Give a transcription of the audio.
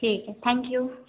ठीक है thank you